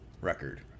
record